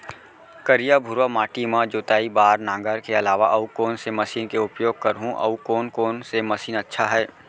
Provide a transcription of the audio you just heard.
करिया, भुरवा माटी म जोताई बार नांगर के अलावा अऊ कोन से मशीन के उपयोग करहुं अऊ कोन कोन से मशीन अच्छा है?